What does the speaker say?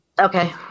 Okay